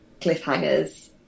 cliffhangers